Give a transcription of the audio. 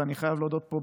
ואני חייב להודות פה,